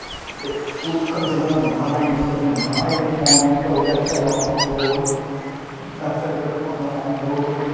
ते स्कूल खज्जल होन्ने पौंदा हा लाइनें च लगना पौंदा हा अज्जकल आनलाइन भरी वेबसाइटां अपलोड बेबसाइट उप्पर अपना फार्म अपलोड करो